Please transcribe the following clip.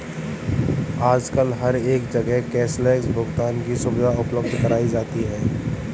आजकल हर एक जगह कैश लैस भुगतान की सुविधा उपलब्ध कराई जाती है